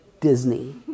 Disney